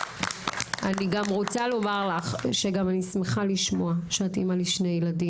אני גם רוצה לומר לך שגם אני שמחה לשמוע שאת אמא לשתי בנות,